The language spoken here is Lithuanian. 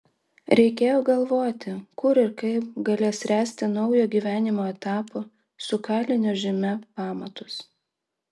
reikėjo galvoti kur ir kaip galės ręsti naujo gyvenimo etapo su kalinio žyme pamatus